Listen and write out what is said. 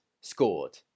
scored